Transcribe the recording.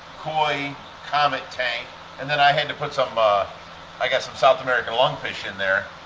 koi comet tank and then i had to put some, ah i got some south american lungfish in there